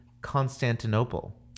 Constantinople